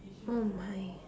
oh my